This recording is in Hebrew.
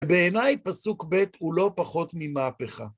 בעיניי פסוק ב' הוא לא פחות ממהפכה.